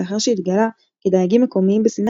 לאחר שהתגלה כי דייגים מקומיים בסיני